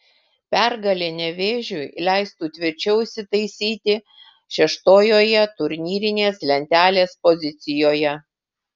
pergalė nevėžiui leistų tvirčiau įsitaisyti šeštojoje turnyrinės lentelės pozicijoje